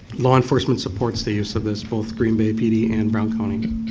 law-enforcement supports the use of this, both green bay pd and brown county.